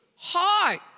Heart